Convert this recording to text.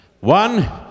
One